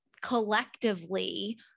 collectively